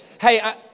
Hey